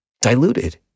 diluted